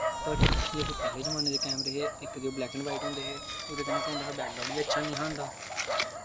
but जेह्ड़े पैह्लें जेह्ड़े पैह्लें जमाने दे कैमरे हे इक ते ब्लैक ऐंड़ वाइट होंदे हे कन्नै बैक ग्राउंड़ अच्छी निं होंदी ही